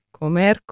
Comer